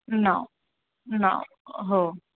ना ना हो